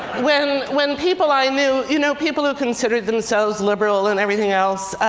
when when people i knew, you know, people who considered themselves liberal, and everything else,